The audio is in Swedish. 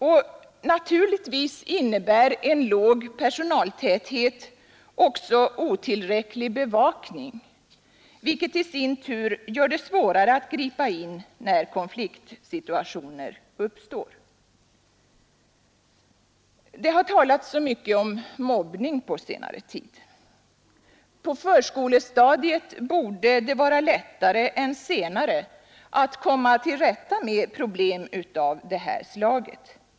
Och naturligtvis innebär en låg personaltäthet också otillräcklig bevakning, vilket i sin tur gör det svårare att gripa in när konfliktsituationer uppstår. Det har talats mycket om mobbning under senare tid. På förskolestadiet borde det vara lättare än längre fram att komma till rätta med problem av det slaget.